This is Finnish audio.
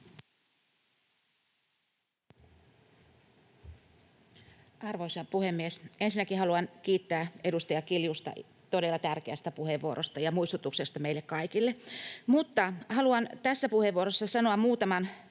Arvoisa puhemies! Ensinnäkin haluan kiittää edustaja Kiljusta todella tärkeästä puheenvuorosta ja muistutuksesta meille kaikille. Mutta haluan tässä puheenvuorossa sanoa muutaman